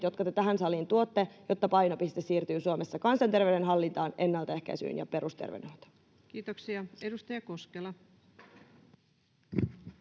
jotka te tähän saliin tuotte, jotta painopiste siirtyy Suomessa kansanterveyden hallintaan, ennalta ehkäisyyn ja perusterveydenhoitoon? [Speech 40] Speaker: